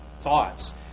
thoughts